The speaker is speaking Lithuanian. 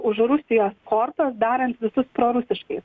už rusijos kortos darant visus prorusiškai